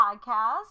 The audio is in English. podcast